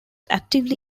actively